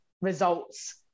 results